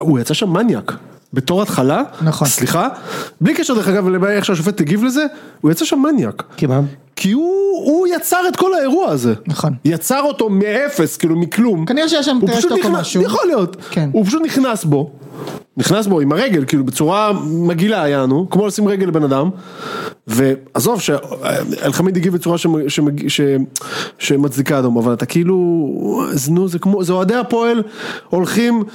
הוא יצא שם מניאק, בתור התחלה, סליחה, בלי קשר דרך אגב, ולמעלה איך שהשופט תגיב לזה, הוא יצא שם מניאק, כי הוא יצר את כל האירוע הזה, יצר אותו מאפס, כאילו מכלום, הוא פשוט נכנס בו, נכנס בו עם הרגל, בצורה מגעילה היה לנו, כמו לשים רגל לבן אדם, ועזוב שהלחמית תגיב בצורה שמצדיקה אדם, אבל אתה כאילו, זה אוהדי הפועל, הולכים.